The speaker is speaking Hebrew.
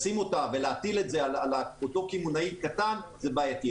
לשים אותה ולהטיל את זה על אותו קמעונאי קטן זה בעייתי,